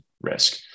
risk